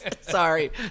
Sorry